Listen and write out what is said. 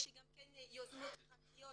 יש גם יוזמות פרטיות